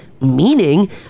meaning